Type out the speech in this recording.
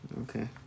Okay